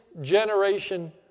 generation